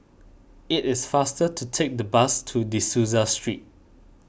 it is faster to take the bus to De Souza Street